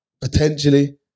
Potentially